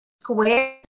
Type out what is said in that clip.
square